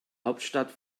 hauptstadt